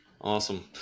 Awesome